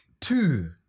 two